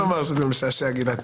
אני חייב לומר שזה משעשע, גלעד.